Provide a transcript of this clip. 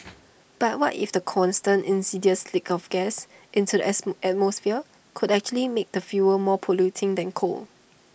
but what if the constant insidious leaks of gas into the atmosphere could actually make the fuel more polluting than coal